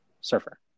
surfer